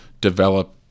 develop